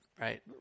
Right